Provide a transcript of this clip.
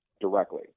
directly